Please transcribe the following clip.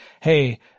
hey